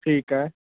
ठीकु आहे